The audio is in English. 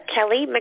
Kelly